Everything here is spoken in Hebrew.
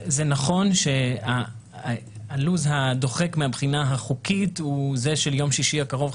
זה נכון שהלו"ז הדוחק מהבחינה החוקית הוא זה של יום שישי הקרוב,